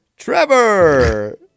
Trevor